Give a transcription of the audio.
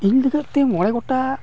ᱤᱧ ᱞᱟᱹᱜᱤᱫᱛᱮ ᱢᱚᱬᱮ ᱜᱚᱴᱟᱝ